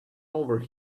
over